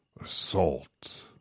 assault